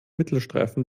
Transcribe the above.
mittelstreifen